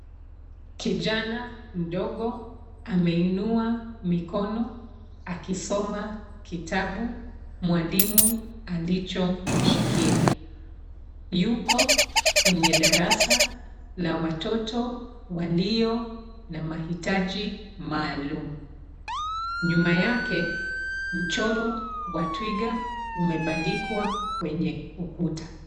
Kijana mdogo ameinua mikono akisoma kitabu mwalimu alichomshikia. Yuko kwenye darasa la watoto walio na mahitaji maalum. Nyuma yake mchoro wa twiga umebandikwa kwenye ukuta.